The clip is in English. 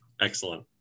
excellent